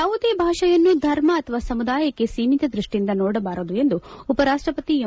ಯಾವುದೇ ಭಾಷೆಯನ್ನು ಧರ್ಮ ಅಥವಾ ಸಮುದಾಯದಕ್ಕೆ ಸೀಮಿತ ದೃಷ್ಷಿಯಿಂದ ನೋಡಬಾರದು ಎಂದು ಉಪರಾಷ್ಷಪತಿ ಎಂ